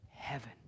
Heaven